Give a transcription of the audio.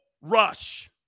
rush